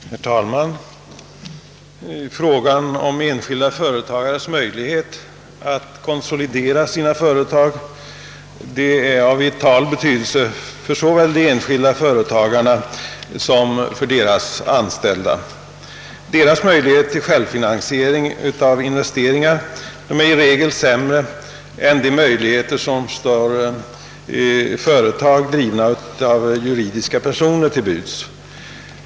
Herr talman! Frågan om enskilda företagares möjligheter att konsolidera sina företag är av vital betydelse såväl för de enskilda företagarna som för deras anställda. Dessa företagares möjligheter till självfinansiering och investeringar är i regel sämre än dem som står företag drivna av juridiska personer till buds.